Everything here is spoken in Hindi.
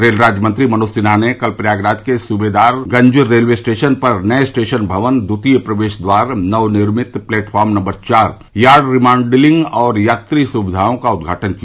रेल राज्यमंत्री मनोज सिन्हा ने कल प्रयागराज के सूवेदारगंज रेलवे स्टेशन पर नये स्टेशन भवन द्वितीय प्रवेश द्वार नव निर्मित प्लेटफार्म नम्बर चार यार्ड रिमॉडलिंग और यात्री सुविधाओं का उद्घाटन किया